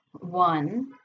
One